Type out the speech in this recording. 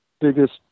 biggest